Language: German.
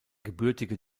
gebürtige